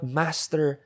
master